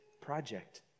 project